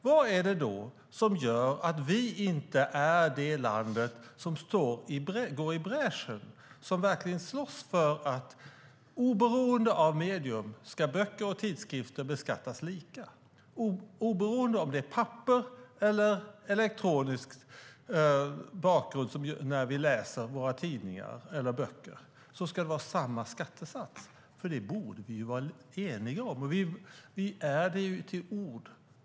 Vad är det då som gör att vi inte är det land som går i bräschen och verkligen slåss för att oberoende av medium ska böcker och tidskrifter beskattas lika? Oberoende av om det är papper eller elektronisk bakgrund när vi läser våra tidningar eller böcker ska det vara samma skattesats. Det borde vi vara eniga om. Vi är det till ord.